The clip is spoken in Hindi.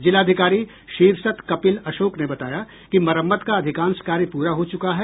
जिलाधिकारी शीर्षत कपिल अशोक ने बताया कि मरम्मत का अधिकांश कार्य प्रा हो चूका है